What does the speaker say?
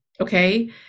Okay